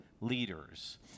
leaders